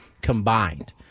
combined